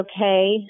okay